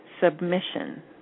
submission